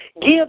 Give